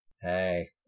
Hey